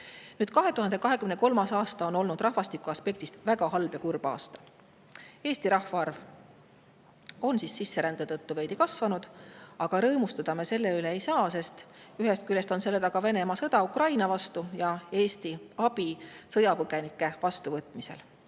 2023. aasta on olnud rahvastiku aspektist väga halb ja kurb aasta. Eesti rahvaarv on sisserände tõttu veidi kasvanud, aga rõõmustada me selle üle ei saa, sest ühest küljest on selle taga Venemaa sõda Ukraina vastu ja Eesti abi sõjapõgenike vastuvõtmisel.